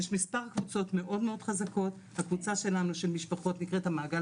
יש מספר קבוצות מאוד מאוד חזקות וקבוצה שלנו של משפחות נקראת המעגל